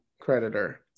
creditor